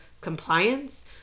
compliance